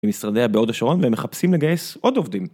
משרדיה בהוד השעון ומחפשים לגייס עוד עובדים.